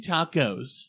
Tacos